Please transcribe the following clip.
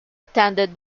attended